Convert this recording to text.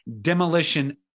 demolition